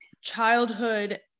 childhood